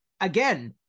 Again